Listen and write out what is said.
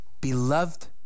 Beloved